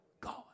God